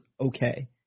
okay